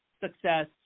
success